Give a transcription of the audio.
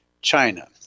china